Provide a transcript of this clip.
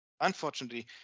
Unfortunately